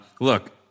look